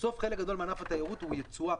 בסוף חלק גדול מענק התיירות הוא יצואן.